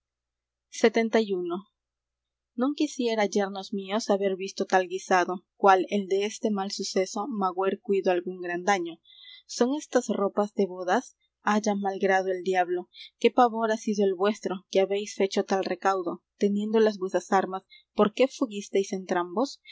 non quisiera yernos míos haber visto tal guisado cual el deste mal suceso magüer cuido algún gran daño son éstas ropas de bodas haya mal grado el diablo qué pavor ha sido el vuestro que habéis fecho tal recaudo teniendo las vuesas armas por qué fugisteis